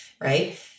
right